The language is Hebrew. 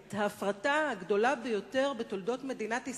את ההפרטה הגדולה ביותר בתולדות מדינת ישראל,